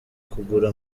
kugura